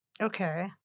Okay